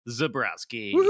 Zabrowski